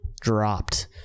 dropped